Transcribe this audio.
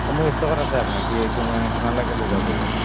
অঁ মোৰ ইষ্টকত আছে আপোনাৰ কি কিমান লাগে লৈ যাব পাৰিব